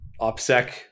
OPSEC